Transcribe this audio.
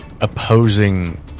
opposing